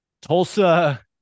Tulsa